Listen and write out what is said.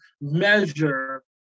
measure